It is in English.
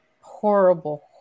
horrible